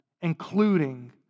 including